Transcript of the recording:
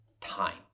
time